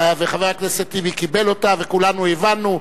וחבר הכנסת טיבי קיבל אותה וכולנו הבנו.